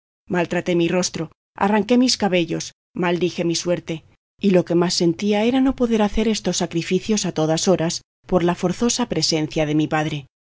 maltraté mi rostro arranqué mis cabellos maldije mi suerte y lo que más sentía era no poder hacer estos sacrificios a todas horas por la forzosa presencia de mi padre